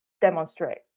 demonstrate